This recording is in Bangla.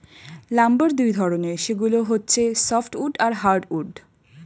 লাম্বার দুই ধরনের, সেগুলো হচ্ছে সফ্ট উড আর হার্ড উড